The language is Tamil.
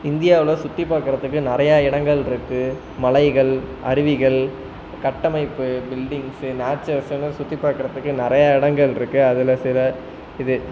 இந்தியாவில் சுற்றி பார்க்குறதுக்கு நிறையா இடங்கள் இருக்குது மலைகள் அருவிகள் கட்டமைப்பு பில்டிங்ஸ்சு நேச்சர்ஸ்சுனு சுற்றி பார்க்குறதுக்கு வந்து நிறையா இடங்கள் இருக்குது அதில் சில இது